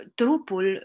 trupul